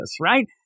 right